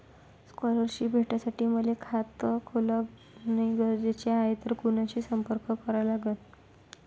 Scholarship भेटासाठी मले खात खोलने गरजेचे हाय तर कुणाशी संपर्क करा लागन?